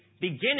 beginning